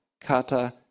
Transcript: Kata